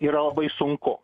yra labai sunku